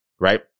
right